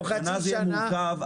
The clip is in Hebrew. או חצי שנה,